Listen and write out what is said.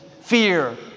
Fear